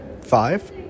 five